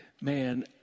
Man